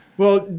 well,